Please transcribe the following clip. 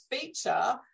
feature